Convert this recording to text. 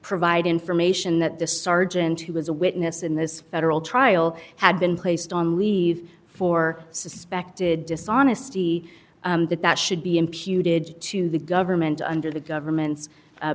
provide information that the sergeant who was a witness in this federal trial had been placed on leave for suspected dishonesty and that that should be imputed to the government under the government's